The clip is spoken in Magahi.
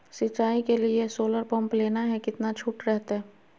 सिंचाई के लिए सोलर पंप लेना है कितना छुट रहतैय?